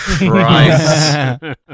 Right